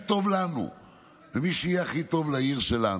טוב לנו ומי שיהיה הכי טוב לעיר שלנו.